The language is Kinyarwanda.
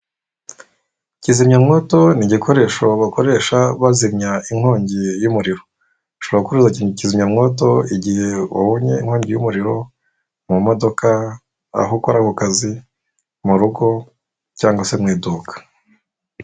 Kizimyamwoto ni igikoresho bakoresha bazimya inkongi y'umuriro, ushobora gukoresha ikizimyamwoto igihe wabonye inkongi y'umuriro mu modoka, aho ukora ku kazi, mu rugo cyangwa se mu iduka.